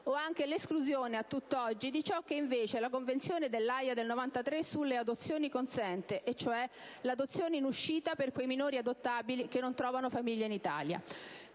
o anche 1'esclusione a tutt'oggi di ciò che invece la Convenzione dell'Aja del 1993 sulle adozioni consente, e cioè 1'adozione in uscita per quei minori adottabili che non trovano famiglia in Italia.